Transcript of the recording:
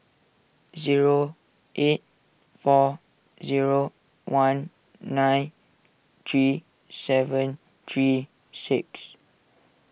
zero eight four zero one nine three seven three six